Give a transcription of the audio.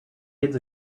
kids